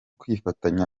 kwifatanya